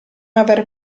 aver